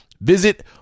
Visit